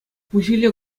пуҫиле